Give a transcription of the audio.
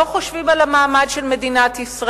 לא חושבים על המעמד של מדינת ישראל,